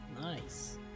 Nice